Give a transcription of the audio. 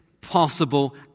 possible